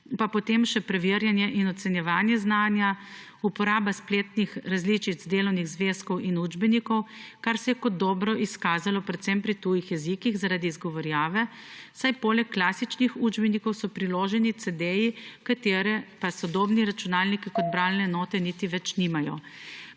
pa potem še preverjanje in ocenjevanje znanja, uporaba spletnih različic delovnih zvezkov in učbenikov, kar se je kot dobro izkazalo predvsem pri tujih jezikih zaradi izgovorjave, saj so poleg klasičnih učbenikov priloženi cedeji, ki pa jih sodobni računalniki kot bralne enote niti več nimajo.